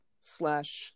slash